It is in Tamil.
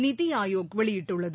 நித்தி ஆயோக் வெளியிட்டுள்ளது